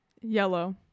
Yellow